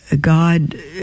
god